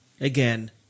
again